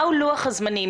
מה לוח הזמנים,